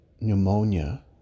pneumonia